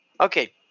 okay